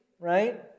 right